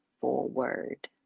forward